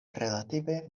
relative